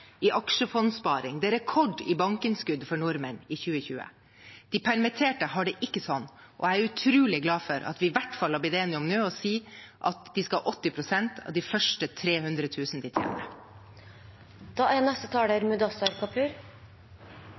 i aksjefondsparing, det er rekord i bankinnskudd for nordmenn i 2020. De permitterte har det ikke sånn. Jeg er utrolig glad for at vi i hvert fall har blitt enige om nå å si at de skal ha 80 pst. av de første 300 000 kr de